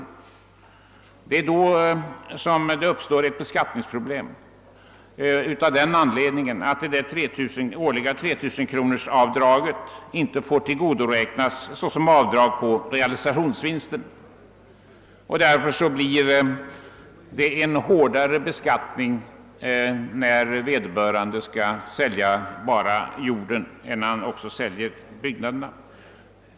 Då uppstår ett beskattningsproblem av den anledningen att det årliga avdraget av 3 060 kronor inte får tillgodoräknas såsom avdrag på realisationsvinsten. Därför blir det en hårdare beskattning, när ägaren bara skall sälja jorden än när han också säljer byggnaderna.